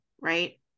right